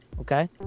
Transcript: Okay